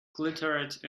glittered